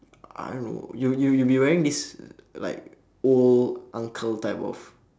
I don't know you you you be wearing this like old uncle type of